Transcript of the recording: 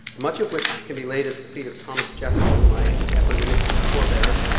much of which can be laid at the feet of thomas jefferson, my eponymic forbearer,